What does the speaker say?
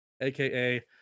aka